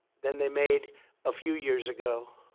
than they made a few years ago,